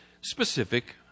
specific